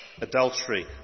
adultery